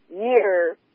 year